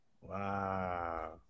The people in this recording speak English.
Wow